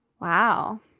Wow